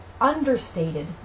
understated